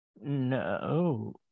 No